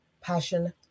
passion